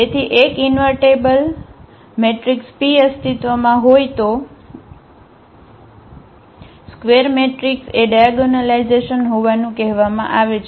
તેથી એક invertible matrix p અસ્તિત્વમાં હોય તો સ્ક્વેર મેટ્રિક્સ એ ડાયાગોનલાઇઝેશન હોવાનું કહેવામાં આવે છે